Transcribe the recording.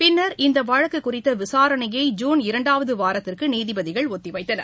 பின்னா் இந்த வழக்கு குறித்த விசாரணைய ஜுன் இரண்டாவது வாரத்திற்கு நீதிபதிகள் ஒத்திவைத்தனர்